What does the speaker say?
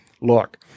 look